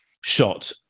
shot